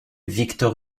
victor